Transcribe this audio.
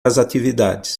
atividades